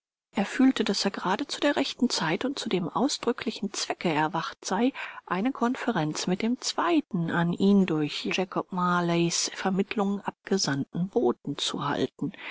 er fühlte daß er gerade zu der rechten zeit und zu dem ausdrücklichen zwecke erwacht sei eine konferenz mit dem zweiten an ihn durch jakob marleys vermittlung abgesandten boten zu halten